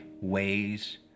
ways